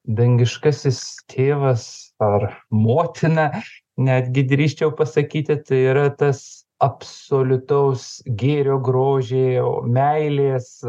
dangiškasis tėvas ar motina netgi drįsčiau pasakyti tai yra tas absoliutaus gėrio grožio meilės